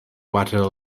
water